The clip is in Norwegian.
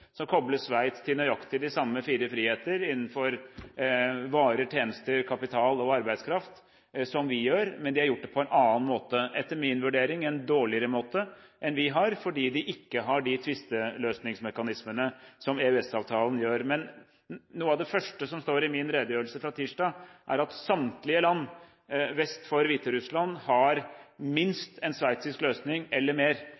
som kobler Sveits til nøyaktig de samme fire friheter innenfor varer, tjenester, kapital og arbeidskraft som vi gjør, men de har gjort det på en annen måte. Etter min vurdering er det en dårligere måte enn vi gjør det på, fordi de ikke har de tvisteløsningsmekanismene som EØS-avtalen gir. Noe av det første som står i min redegjørelse fra tirsdag, er at samtlige land vest for Hviterussland har minst en «sveitsisk løsning» eller mer